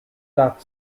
that